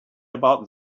about